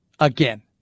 Again